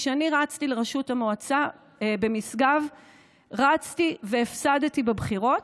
כשאני רצתי לראשות המועצה במשגב רצתי והפסדתי בבחירות,